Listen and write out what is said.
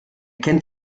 kennt